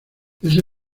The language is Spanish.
ese